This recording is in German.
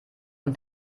und